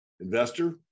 Investor